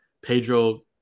Pedro